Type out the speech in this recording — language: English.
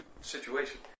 situation